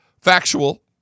factual